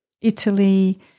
Italy